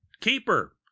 Keeper